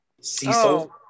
Cecil